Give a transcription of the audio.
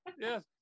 Yes